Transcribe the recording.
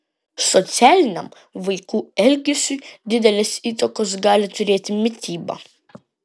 socialiniam vaikų elgesiui didelės įtakos gali turėti mityba